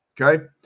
Okay